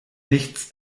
nichts